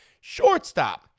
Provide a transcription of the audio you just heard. shortstop